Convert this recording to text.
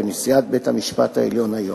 ונשיאת בית-המשפט העליון היום,